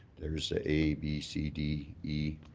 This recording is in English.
there's ah ab, c, d, e